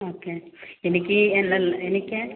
okay എനിക്ക് എന്നാൽ എനിക്ക്